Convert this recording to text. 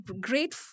great